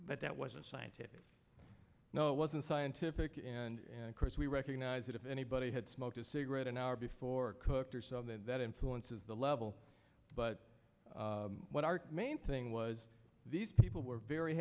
but that wasn't scientific no it wasn't scientific and of course we recognize that if anybody had smoked a cigarette an hour before cooked or so then that influences the level but what our main thing was these people were very